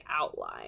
outline